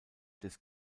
des